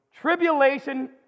Tribulation